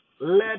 Let